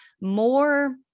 More